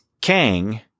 Kang